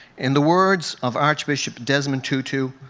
in the words of archbishop desmond tutu,